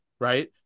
right